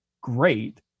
great